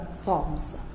forms